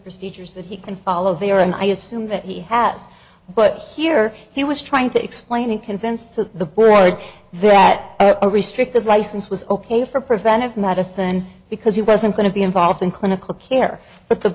procedures that he can follow there and i assume that he has but here he was trying to explain and convince to the right that a restrictive license was ok for preventive medicine because he wasn't going to be involved in clinical care but the